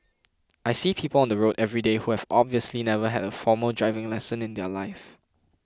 I see people on the road everyday who have obviously never had a formal driving lesson in their life